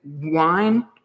wine